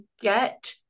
get